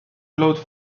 claude